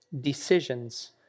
decisions